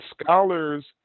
scholars